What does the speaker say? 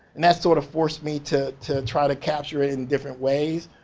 and that sort of forced me to to try to capture it in different ways.